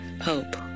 hope